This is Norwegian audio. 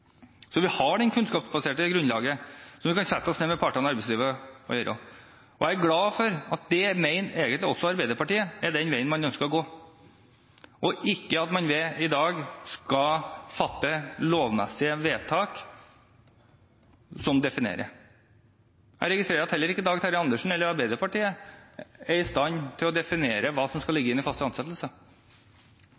kunnskapsbaserte grunnlaget, sånn at vi kan sette oss ned med partene i arbeidslivet og gjøre dette. Jeg er glad for at også Arbeiderpartiet egentlig mener det er veien man ønsker å gå, og ikke ved at man i dag skal fatte lovmessige vedtak, som definerer. Jeg registrerer at heller ikke Dag Terje Andersen, eller Arbeiderpartiet, er i stand til å definere hva som skal ligge i «fast ansettelse».